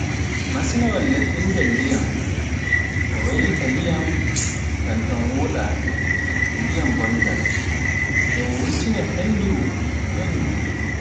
masinaawal labbingal ndiyam e waylitaa ndiyam ɗan ɗan woɗe so ndiyam bongal, ndem wurtina hennde welndu.